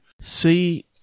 See